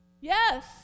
Yes